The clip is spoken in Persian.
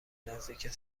نزدیک